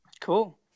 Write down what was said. Cool